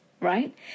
right